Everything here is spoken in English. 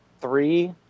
three